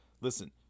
listen